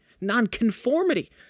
nonconformity